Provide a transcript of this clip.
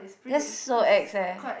that's so ex leh